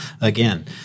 again